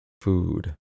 food